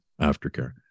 aftercare